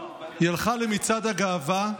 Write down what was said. היא הלכה למצעד הגאווה,